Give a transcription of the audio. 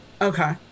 Okay